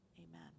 Amen